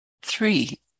Three